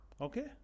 Okay